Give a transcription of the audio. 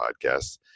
podcasts